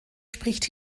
spricht